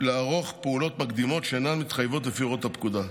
לערוך פעולות מקדימות שאינן מתחייבות לפי הוראות הפקודה,